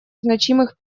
значимых